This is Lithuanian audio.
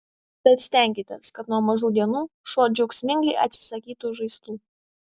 tad stenkitės kad nuo mažų dienų šuo džiaugsmingai atsisakytų žaislų